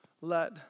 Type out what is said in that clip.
let